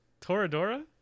Toradora